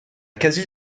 quasi